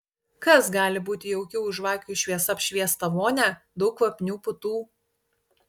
kas gali būti jaukiau už žvakių šviesa apšviestą vonią daug kvapnių putų